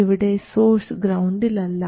ഇവിടെ സോഴ്സ് ഗ്രൌണ്ടിൽ അല്ല